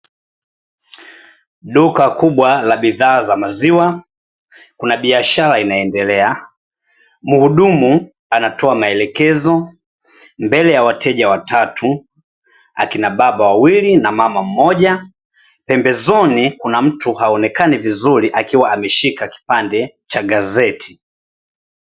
Duka kubwa la bidhaa za maziwa kuna biashara inaendelea. Mhudumu anatoa maelekezo mbele ya wateja watatu: akina baba wawili na mama mmoja, pembezoni kuna mtu haonekani vizuri akiwa ameshika kipande cha gazeti.